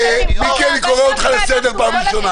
אני קורא אותך לסדר פעם ראשונה.